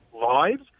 lives